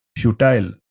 futile